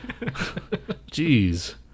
Jeez